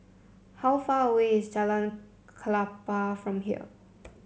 how far away is Jalan Klapa from here